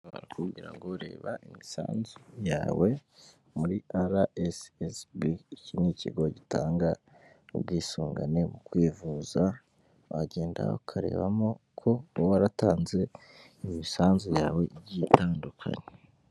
Barakubwira ngo reba imisanzu yawe muri rssb. Iki ni ikigo gitanga ubwisungane mu kwivuza, wagenda ukarebamo uko uba waratanze imisanzu yawe igiye itandukanye.